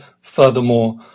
furthermore